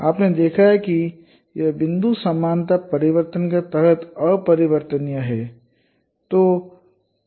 आपने देखा है कि ये बिंदु समानता परिवर्तन के तहत अपरिवर्तनीय हैं